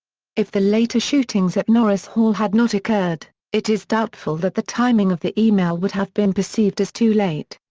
if the later shootings at norris hall had not occurred, it is doubtful that the timing of the e-mail would have been perceived as too late.